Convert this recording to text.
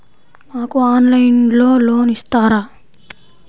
నాకు ఆన్లైన్లో లోన్ ఇస్తారా?